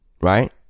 right